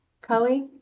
Cully